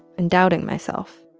and doubting myself.